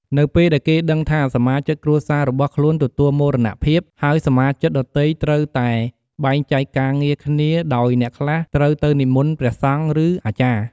នៅពេលដែលគេដឹងថាសមាជិកគ្រួសាររបស់ខ្លួនទទួលមរណៈភាពហើយសមាជិកដទៃត្រូវតែបែងចែកការងារគ្នាដោយអ្នកខ្លះត្រូវទៅនិមន្ដព្រះសង្ឃឬអាចារ្យ។